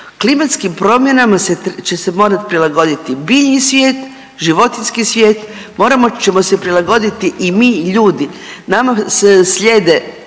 Klimatskim promjenama će se morati prilagoditi biljni svijet, životinjski svijet. Morat ćemo se prilagoditi i mi i ljudi. Nama slijede